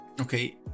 Okay